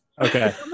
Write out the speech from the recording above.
okay